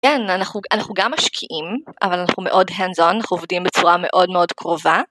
כן, אנחנו גם משקיעים, אבל אנחנו מאוד הנדזון, אנחנו עובדים בצורה מאוד מאוד קרובה.